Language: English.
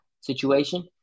situation